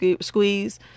squeeze